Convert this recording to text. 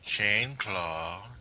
Chainclaw